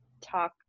talk